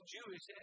Jewish